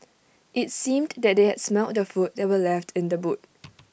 IT seemed that they had smelt the food that were left in the boot